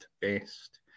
best